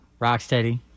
rocksteady